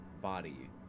body